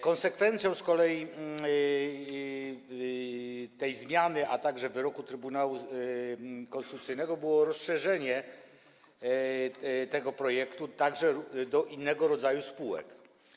Konsekwencją z kolei tej zmiany, a także wyroku Trybunału Konstytucyjnego było rozszerzenie zakresu tego projektu także o inny rodzaj spółek.